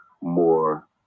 more